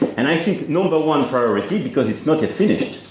and i think number one priority, because it's not yet finished,